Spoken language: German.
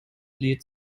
lied